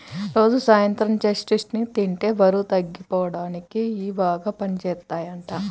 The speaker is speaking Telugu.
రోజూ సాయంత్రం చెస్ట్నట్స్ ని తింటే బరువు తగ్గిపోడానికి ఇయ్యి బాగా పనిజేత్తయ్యంట